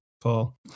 Paul